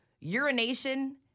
urination